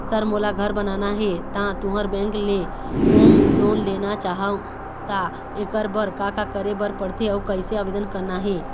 Sir मोला घर बनाना हे ता तुंहर बैंक ले होम लोन लेना चाहूँ ता एकर बर का का करे बर पड़थे अउ कइसे आवेदन करना हे?